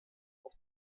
auf